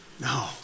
No